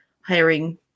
hiring